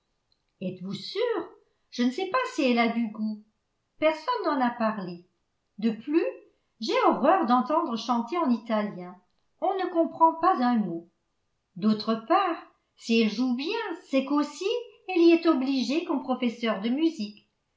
êtes-vous sûre je ne sais pas si elle a du goût personne n'en a parlé de plus j'ai horreur d'entendre chanter en italien on ne comprend pas un mot d'autre part si elle joue bien c'est qu'aussi elle y est obligée comme professeur de musique